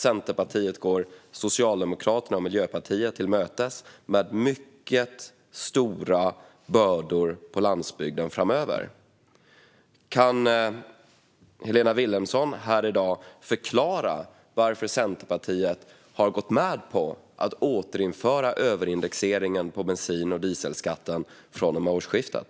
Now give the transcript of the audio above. Centerpartiet går Socialdemokraterna och Miljöpartiet till mötes med mycket stora bördor på landsbygden framöver. Kan Helena Vilhelmsson här i dag förklara varför Centerpartiet har gått med på att återinföra överindexeringen på bensin och dieselskatten från och med årsskiftet?